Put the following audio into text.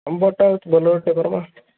ଅମ୍ବରଟା ବୋଲେରୋଟେ କରମା